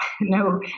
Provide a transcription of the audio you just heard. no